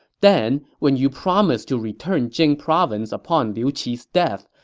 then, when you promised to return jing province upon liu qi's death,